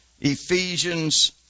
Ephesians